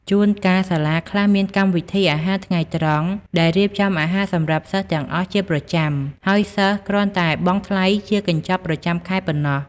ជួនកាល សាលាខ្លះមាន កម្មវិធីអាហារថ្ងៃត្រង់ ដែលរៀបចំអាហារសម្រាប់សិស្សទាំងអស់ជាប្រចាំ ហើយសិស្សគ្រាន់តែបង់ថ្លៃជាកញ្ចប់ប្រចាំខែប៉ុណ្ណោះ។